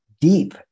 deep